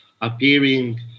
appearing